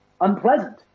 unpleasant